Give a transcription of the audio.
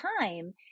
time